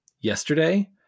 yesterday